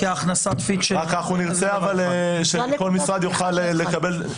כהכנסת כפי --- רק אנחנו נרצה אבל שכל משרד יוכל לקבל,